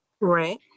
Right